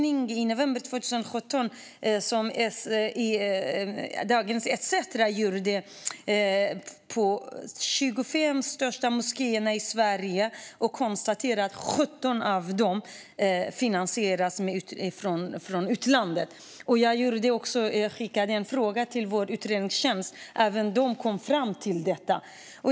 I november 2017 gjorde Dagens ETC en granskning av de 25 största moskéerna i Sverige och konstaterade att 17 av dem finansierades från utlandet. Jag ställde en fråga om det till riksdagens utredningstjänst, och även de kom fram till detta.